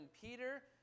Peter